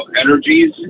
Energies